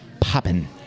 popping